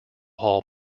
hall